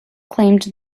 claimed